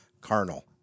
carnal